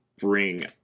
bring